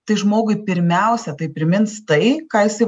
tai žmogui pirmiausia tai primins tai ką jisai